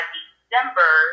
December